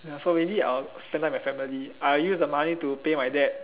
ya so maybe I'll spend time with my family I'll use the money to pay my dad